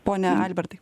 pone albertai